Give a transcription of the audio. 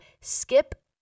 skip